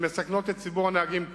שמסכנות את ציבור הנהגים כולו.